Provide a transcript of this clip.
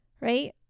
Right